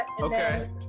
Okay